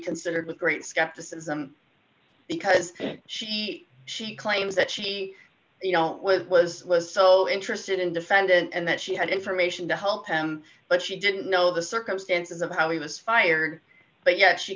considered with great skepticism because she she claims that she you don't was was list so interested in defendant and that she had information to help him but she didn't know the circumstances of how he was fired but yet she